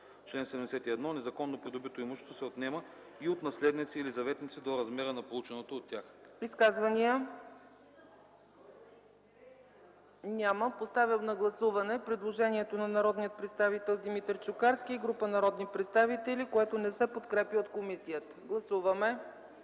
„Чл. 71. Незаконно придобито имущество се отнема и от наследници или заветници до размера на полученото от тях.” ПРЕДСЕДАТЕЛ ЦЕЦКА ЦАЧЕВА: Изказвания? Няма. Поставям на гласуване предложението на народния представител Димитър Чукарски и група народни представители, което не се подкрепя от комисията. Гласували